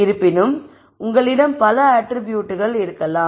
இருப்பினும் உங்களிடம் பல அட்ரிபியூட்கள் இருக்கலாம்